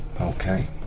Okay